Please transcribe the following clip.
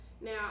Now